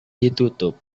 ditutup